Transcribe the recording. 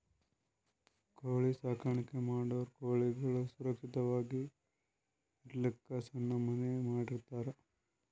ಕೋಳಿ ಸಾಕಾಣಿಕೆ ಮಾಡೋರ್ ಕೋಳಿಗಳ್ ಸುರಕ್ಷತ್ವಾಗಿ ಇರಲಕ್ಕ್ ಸಣ್ಣ್ ಮನಿ ಮಾಡಿರ್ತರ್